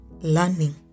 learning